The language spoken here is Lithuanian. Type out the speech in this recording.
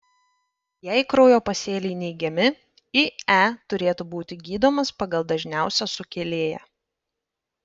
jei kraujo pasėliai neigiami ie turėtų būti gydomas pagal dažniausią sukėlėją